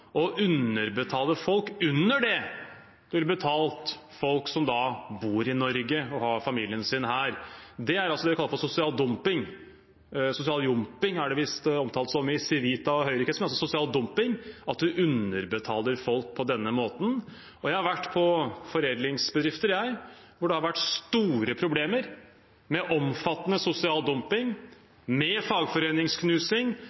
å underbetale folk, under det nivået man ville betalt folk som bor i Norge og har familien sin her. Det er det vi kaller «sosial dumping». «Sosial jumping» er det visst omtalt som i Civita og Høyre-kretser, men at man underbetaler folk på denne måten, er sosial dumping. Jeg har vært på foredlingsbedrifter hvor det har vært store problemer med omfattende sosial